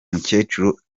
mukecuru